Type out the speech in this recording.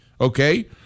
Okay